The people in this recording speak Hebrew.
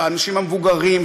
של האנשים המבוגרים,